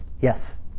Yes